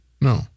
No